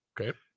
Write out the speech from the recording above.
Okay